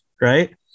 right